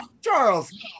charles